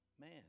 man